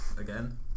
Again